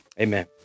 Amen